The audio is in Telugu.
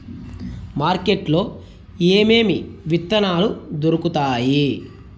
మార్కెట్ లో ఏమేమి విత్తనాలు దొరుకుతాయి